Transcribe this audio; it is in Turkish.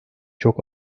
çok